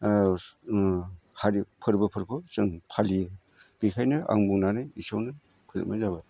हारि फोरबोफोरखौ जों फालियो बेनिखायनो आं बुंनानै एसेयावनो फोजोबनाय जाबाय